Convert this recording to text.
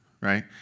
right